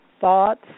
thoughts